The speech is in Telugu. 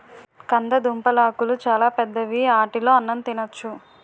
కందదుంపలాకులు చాలా పెద్దవి ఆటిలో అన్నం తినొచ్చు